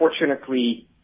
unfortunately